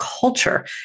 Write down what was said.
culture